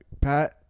pat